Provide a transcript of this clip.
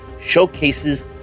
showcases